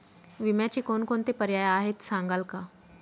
विम्याचे कोणकोणते पर्याय आहेत सांगाल का?